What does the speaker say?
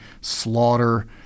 slaughter